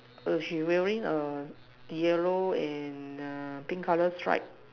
err she wearing a yellow and pink color stripe